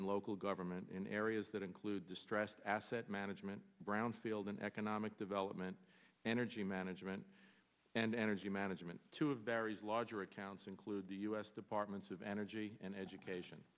and local government in areas that include distressed asset management brownfield and economic development energy management and energy management two of barry's larger accounts include the u s department of energy and education